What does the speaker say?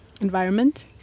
environment